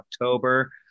October